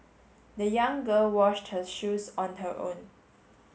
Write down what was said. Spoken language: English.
the young girl washed her shoes on her own